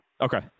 Okay